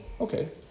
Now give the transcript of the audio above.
Okay